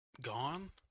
gone